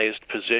position